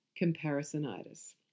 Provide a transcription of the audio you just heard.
comparisonitis